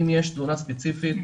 אם יש תלונה ספציפית,